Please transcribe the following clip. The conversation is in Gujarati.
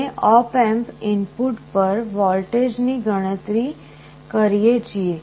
આપણે op amp ઇનપુટ પર વોલ્ટેજની ગણતરી કરીએ છીએ